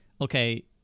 okay